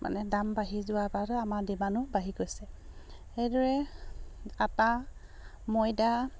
মানে দাম বাঢ়ি যোৱাৰপৰাটো আমাৰ ডিমাণ্ডো বাঢ়ি গৈছে সেইদৰে আটা ময়দা